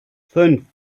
fünf